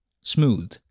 Smooth